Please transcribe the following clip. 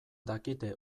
dakite